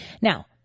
Now